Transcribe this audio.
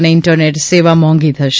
અને ઇન્ટરનેટ સેવા મોંધી થશે